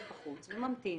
בחוץ וממתין,